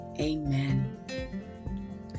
Amen